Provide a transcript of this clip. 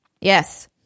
Yes